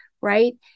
right